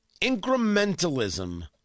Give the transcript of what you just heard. Incrementalism